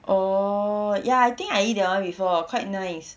oh ya I think I eat that one before quite nice